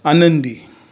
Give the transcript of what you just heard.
आनंदी